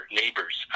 neighbors